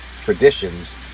traditions